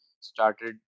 started